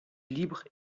libre